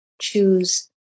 choose